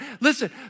Listen